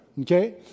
Okay